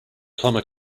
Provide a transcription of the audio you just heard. plumber